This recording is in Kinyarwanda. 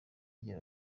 igira